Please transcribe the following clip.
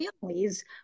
families